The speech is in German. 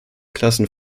klassen